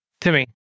Timmy